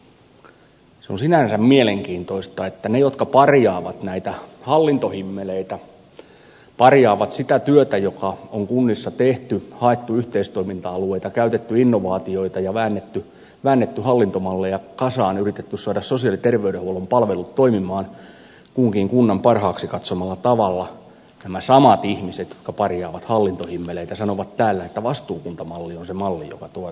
se on sinänsä mielenkiintoista että ne jotka parjaavat näitä hallintohimmeleitä parjaavat sitä työtä joka on kunnissa tehty haettu yhteistoiminta alueita käytetty innovaatioita ja väännetty hallintomalleja kasaan yritetty saada sosiaali ja terveydenhuollon palvelut toimimaan kunkin kunnan parhaaksi katsomalla tavalla nämä samat ihmiset jotka parjaavat hallintohimmeleitä sanovat täällä että vastuukuntamalli on se malli joka toteutetaan